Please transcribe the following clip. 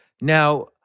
Now